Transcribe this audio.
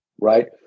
right